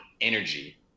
energy